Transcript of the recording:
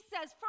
says